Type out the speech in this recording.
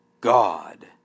God